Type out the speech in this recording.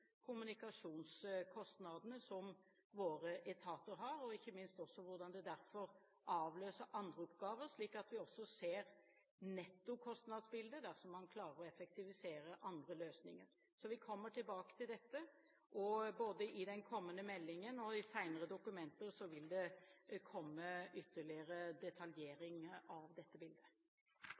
kommunikasjonskostnadene som våre etater har, og ikke minst hvordan det avløser andre oppgaver, slik at vi ser nettokostnadsbildet dersom man klarer å effektivisere andre løsninger. Så vi kommer tilbake til dette, og både i den kommende meldingen og i senere dokumenter vil det komme ytterligere detaljering av dette bildet.